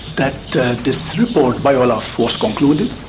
that this report by olaf was concluded,